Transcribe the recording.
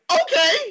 okay